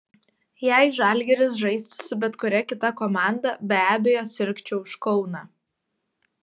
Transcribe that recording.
jei žalgiris žaistų su bet kuria kita komanda be abejo sirgčiau už kauną